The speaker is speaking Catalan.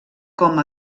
com